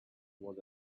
was